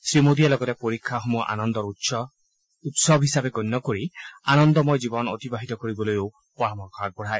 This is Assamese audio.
শ্ৰীমোদীয়ে লগতে পৰীক্ষা সমূহক আনন্দৰ উৎসৱ হিচাপে গণ্য কৰি আনন্দময় জীৱন অতিবাহিত অতিবাহিত কৰিবলৈ পৰামৰ্শ আগবঢ়ায়